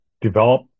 develop